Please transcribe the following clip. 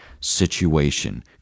situation